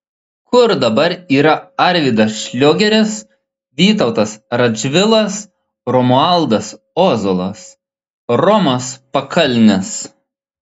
kur dabar yra arvydas šliogeris vytautas radžvilas romualdas ozolas romas pakalnis